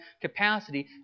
capacity